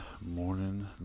morning